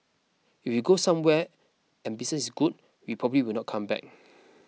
if we go somewhere and business is good we probably will not come back